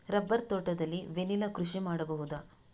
Rubber ತೋಟದಲ್ಲಿ vanilla ಕೃಷಿ ಮಾಡಬಹುದಾ?